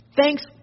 Thanks